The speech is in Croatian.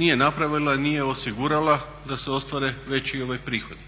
nije napravila, nije osigurala da se ostvare veći prihodi.